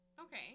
Okay